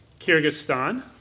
Kyrgyzstan